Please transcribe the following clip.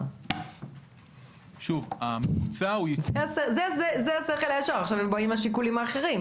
שוב, הממוצע הוא --- זה השכל הישר,